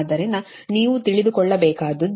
ಆದ್ದರಿಂದ ನೀವು ತಿಳಿದುಕೊಳ್ಳಬೇಕಾದದ್ದು